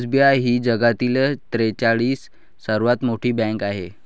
SBI ही जगातील त्रेचाळीस सर्वात मोठी बँक आहे